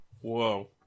whoa